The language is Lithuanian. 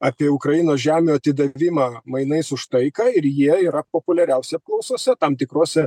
apie ukrainos žemių atidavimą mainais už taiką ir jie yra populiariausia apklausose tam tikrose